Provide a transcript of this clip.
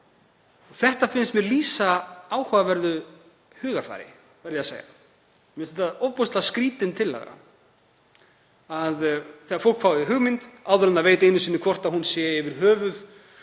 Það finnst mér lýsa áhugaverðu hugarfari, verð ég að segja. Mér finnst það ofboðslega skrýtin tillaga að þegar fólk fær hugmynd, áður en það veit einu sinni hvort hún er yfir höfuð